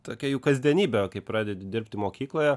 tokia jų kasdienybė o kai pradedi dirbti mokykloje